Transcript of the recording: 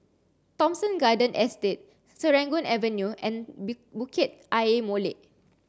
Thomson Garden Estate Serangoon Avenue and Bukit Ayer Molek